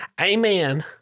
Amen